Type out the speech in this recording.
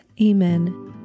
Amen